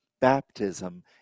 Baptism